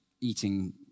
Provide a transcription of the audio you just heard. eating